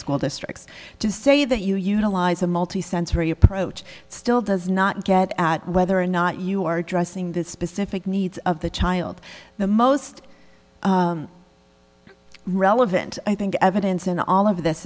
school districts to say that you utilize a multi sensory approach still does not get at whether or not you are addressing the specific needs of the child the most relevant i think evidence in all of this